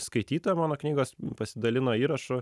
skaitytoja mano knygos pasidalino įrašu